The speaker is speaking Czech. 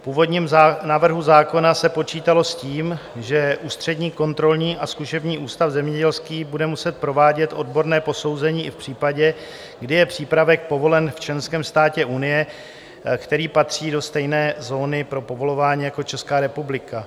V původním návrhu zákona se počítalo s tím, že Ústřední kontrolní a zkušební ústav zemědělský bude muset provádět odborné posouzení i v případě, kdy je přípravek povolen v členském státě Unie, který patří do stejné zóny pro povolování, jako Česká republika.